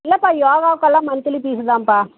இல்லைப்பா யோகாக்கெல்லாம் monthly fees தான்ப்பா